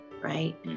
right